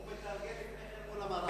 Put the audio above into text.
הוא מתרגל לפני כן מול המראה.